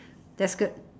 that's good